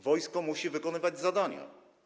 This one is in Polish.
Wojsko musi wykonywać zadania.